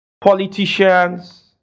politicians